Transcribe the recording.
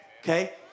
okay